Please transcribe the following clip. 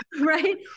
Right